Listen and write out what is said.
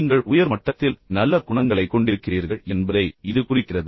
நீங்கள் உயர் மட்டத்தில் நல்ல குணங்களைக் கொண்டிருக்கிறீர்கள் என்பதை இது குறிக்கிறது